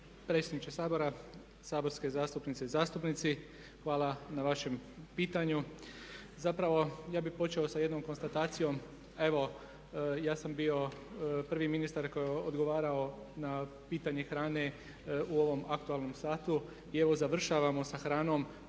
Predsjedniče Sabora, saborske zastupnice i zastupnici hvala na vašem pitanju. Zapravo ja bih počeo sa jednom konstatacijom. Evo ja sam bio prvi ministar koji je odgovarao na pitanje hrane u ovom aktualnom satu i evo završavamo sa hranom.